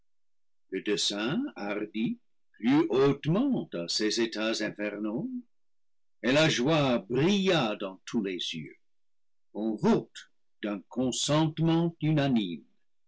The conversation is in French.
plut hautement à ces états infernaux et la joie brilla dans tous les yeux on vote d'un consentement unanime